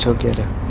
so get a